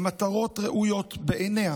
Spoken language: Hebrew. למטרות ראויות בעיניה